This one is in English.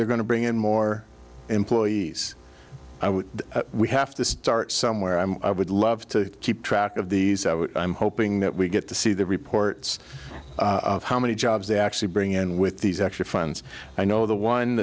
they're going to bring in more employees i would we have to start somewhere i'm i would love to keep track of these i'm hoping that we get to see the reports of how many jobs they actually bring in with these extra funds i know the one